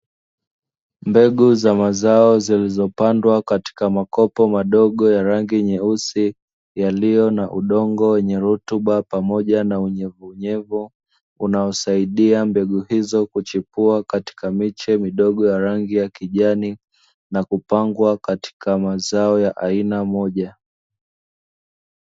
Mbegu za mazao zilizopandwa katika makopo madogo ya rangi nyeusi, yaliyo na udongo wenye rutuba pamoja na unyevunyevu, unaosaidia mbegu hizo kuchipua katika miche midogo ya rangi ya kijani na kupangwa katika mazao ya aina moja.